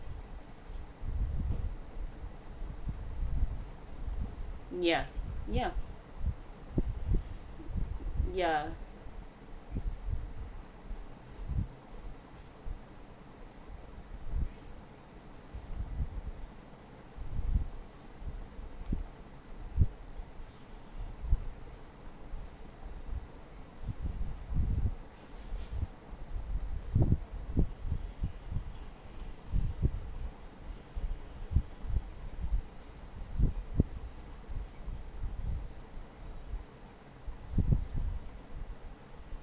yeah yeah ya